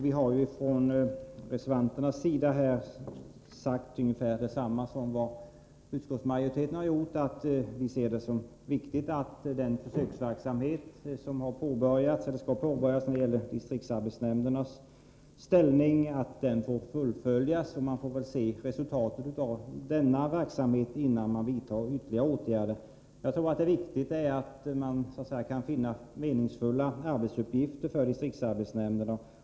Vi reservanter har sagt ungefär detsamma som utskottsmajoriteten, nämligen att vi anser att det är viktigt att den försöksverksamhet som skall påbörjas när det gäller distriktsarbetsnämndernas ställning får fullföljas. Vi måste först se resultatet av denna verksamhet, innan vi vidtar ytterligare åtgärder. Jag tror att det är viktigt att man kan finna meningsfulla arbetsuppgifter för distriktsarbetsnämnderna.